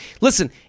listen